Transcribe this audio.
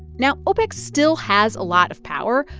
now, opec still has a lot of power,